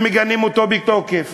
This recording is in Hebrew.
ומגנים אותו בתוקף.